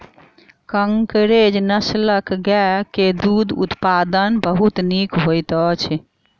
कंकरेज नस्लक गाय के दूध उत्पादन बहुत नीक होइत अछि